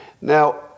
Now